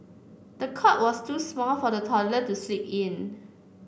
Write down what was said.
the cot was too small for the toddler to sleep in